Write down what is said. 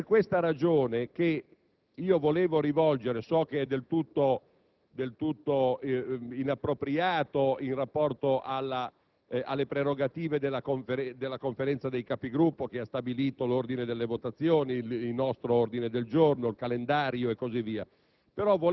È per questa ragione che volevo evidenziare - so che è del tutto inappropriato in rapporto alle prerogative della Conferenza dei Capigruppo, che ha stabilito l'ordine delle votazioni, il nostro ordine del giorno, il calendario e così via